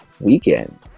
weekend